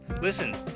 listen